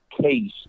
case